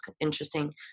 interesting